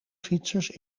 fietsers